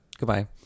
goodbye